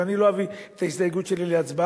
ואני לא אביא את ההסתייגות שלי להצבעה,